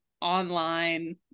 online